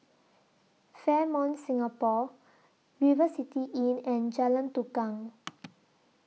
Fairmont Singapore River City Inn and Jalan Tukang